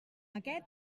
aquest